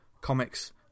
comics